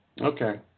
Okay